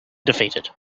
defeated